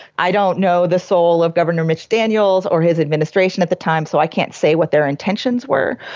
i don't know the soul of governor mitch daniels or his administration at the time so i can't say what their intentions were,